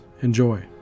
Enjoy